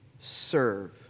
serve